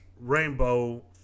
Rainbow